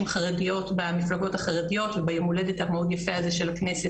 חרדיות במפלגות החרדיות וביום הולדת המאוד יפה הזה של הכנסת,